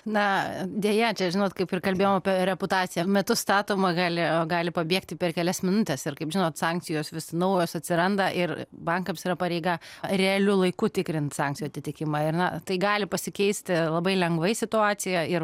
na deja čia žinot kaip ir kalbėjom apie reputaciją metu statoma gali gali pabėgti per kelias minutes ir kaip žinot sankcijos vis naujos atsiranda ir bankams yra pareiga realiu laiku tikrint sankcijų atitikimą ir na tai gali pasikeisti labai lengvai situacija ir